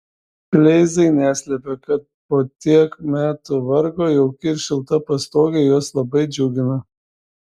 kleizai neslepia kad po tiek metų vargo jauki ir šilta pastogė juos labai džiugina